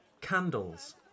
candles